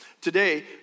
Today